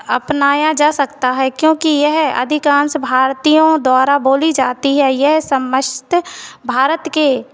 अपनाया जा सकता है क्योंकि यह अधिकांश भारतीयों द्वारा बोली जाती है यह समस्त भारत के